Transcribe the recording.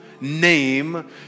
name